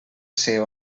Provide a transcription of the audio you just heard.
ser